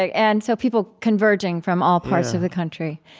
like and so people converging from all parts of the country.